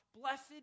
blessed